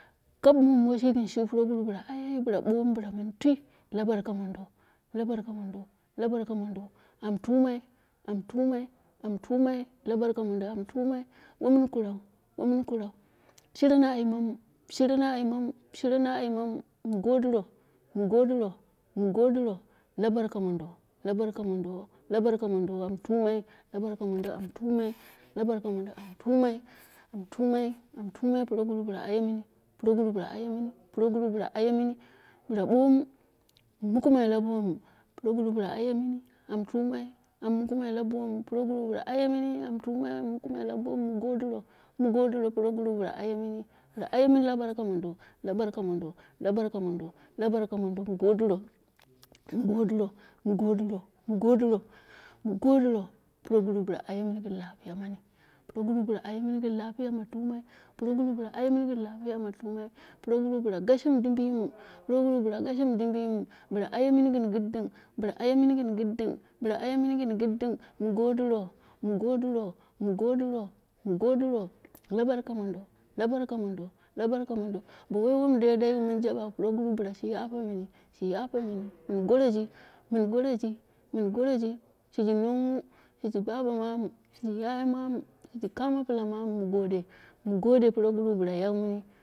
Kam mum shegɨnshi proguru, bɨal ayeyi bɨla aye mini, bɨla bomu bɨla mum twii, la barka mondo la burka mondi la barka mundo am tumai, am tumai, am tumai la barka mundo, am tumai, wo min kurou, wu mɨn kuran, shire na aimamu, shire na aimamu shire na aimama, mu godero, mu godiro, mu godiro, la barka mondo la barka mondo, la barka mondo am tuma, la barka mondo am tumai, am tumai proguru bila aye mini, proguru bila aye mini bilu bomu, mun mukamen la bomu proguru bila aye mini, mun tuman min makamai la bomu, proguru bɨla aye mini am tumeni, am muluman la bomu, mu godoro, mu godiro proguru bila aye mini bila aye mina la barka mondo, la baka mindo, la barka mondo, la barka mondo mu godiro, mu godiro mu godiro mu godiro pro guru bila aymini yin lapiya mari, proguru bila ayemini gɨn lapiya, ana tummi proguru bila aye mini gɨn lapiya, am tumai, proguru bila gashimu dimbiyimu, proguru bila gashimu dimbiyima, bila aye mini gin gidding, bila aye mini gin giddin, bila ayemini gin gidding, mu godiro, mu godiro, mu godiro, mu godiro, mu godiro, la barka mando, bo woi wunduwai mun jaba proguru bila shi yape mani shi yunemini, mɨn goroji, min goroji, mun goroji, shiji nong mu, shiji baba ramu, shiji yaya mamu, shiji ka mo pila mamu mu gode, mu gode proguru bila yai mini.